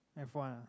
F one